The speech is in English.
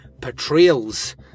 portrayals